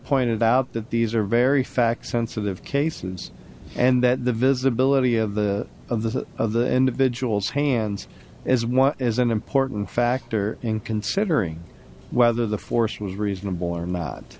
pointed out that these are very facts sensitive cases and that the visibility of the of the of the individuals hands as well as an important factor in considering whether the force was reasonable or not